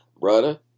brother